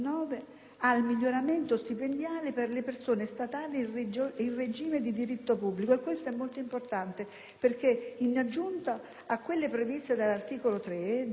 ai miglioramenti stipendiali per il personale statale in regime di diritto pubblico. Questo è molto importante perché, in aggiunta a quello previsto dall'articolo 3,